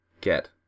get